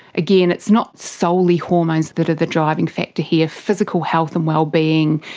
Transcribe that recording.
again, it's not solely hormones that are the driving factor here, physical health and well-being,